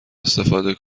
استفاده